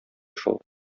шул